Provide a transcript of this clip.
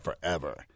forever